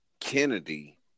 Kennedy